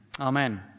amen